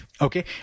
Okay